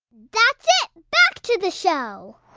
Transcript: that's back to the show